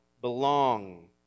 belong